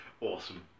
Awesome